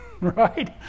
right